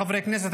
חברי כנסת,